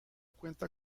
cuenta